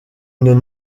nos